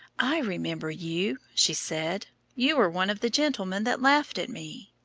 i remember you, she said you were one of the gentlemen that laughed at me.